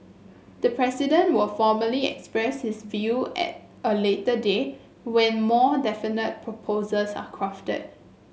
the President will formally express his view at a later date when more definite proposals are crafted